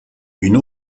une